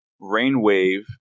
Rainwave